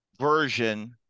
version